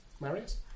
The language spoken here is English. Marius